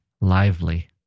lively